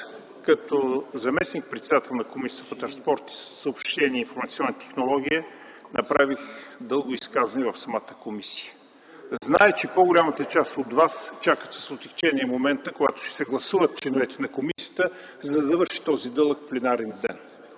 като заместник-председател на Комисията по транспорт, информационни технологии и съобщения направих дълго изказване в комисията. Зная, че по-голямата част от вас чакат с отегчение момента, когато ще се гласуват членовете на комисията, за да завърши този дълъг пленарен ден.